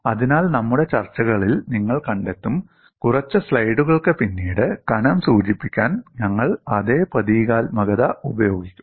അതിനാൽ നമ്മുടെ ചർച്ചകളിൽ നിങ്ങൾ കണ്ടെത്തും കുറച്ച് സ്ലൈഡുകൾക്ക് പിന്നീട് കനം സൂചിപ്പിക്കാൻ ഞങ്ങൾ അതേ പ്രതീകാത്മകത ഉപയോഗിക്കും